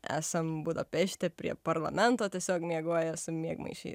esam budapešte prie parlamento tiesiog miegoję su miegmaišiais